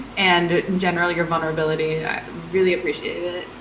and in general your vulnerability. i really appreciated it,